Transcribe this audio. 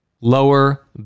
lower